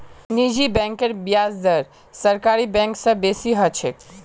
निजी बैंकेर ब्याज दर सरकारी बैंक स बेसी ह छेक